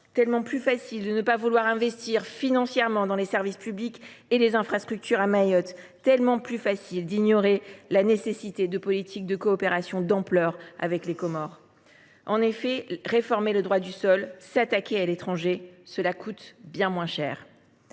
tellement plus facile de ne pas vouloir investir financièrement dans les services publics et les infrastructures à Mayotte. C’est tellement plus facile d’ignorer la nécessité de politiques de coopération d’ampleur avec les Comores. Assurément, réformer le droit du sol et s’attaquer à l’étranger coûte bien moins cher